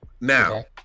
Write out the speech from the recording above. now